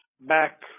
back